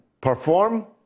perform